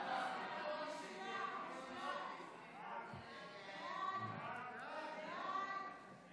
הצעת ועדת הכספים בדבר צו תעריף המכס